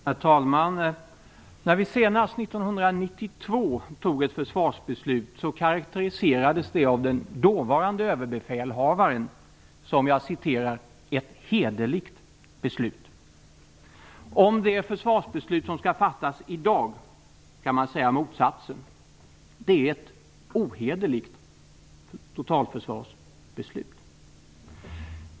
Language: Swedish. Herr talman! När vi senast, 1992, tog ett försvarsbeslut karakteriserades det av den dåvarande överbefälhavaren som "ett hederligt beslut". Om det försvarsbeslut som skall fattas i dag kan man säga motsatsen. Det är ett ohederligt totalförsvarsbeslut.